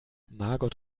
margot